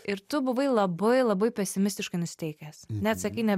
ir tu buvai labai labai pesimistiškai nusiteikęs net sakei ne